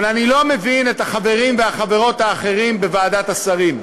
אבל אני לא מבין את החברים והחברות האחרים בוועדת השרים,